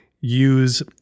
use